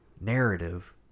narrative